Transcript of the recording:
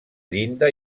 llinda